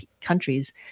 countries